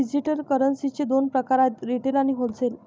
digital करन्सीचे दोन प्रकार आहेत रिटेल आणि होलसेल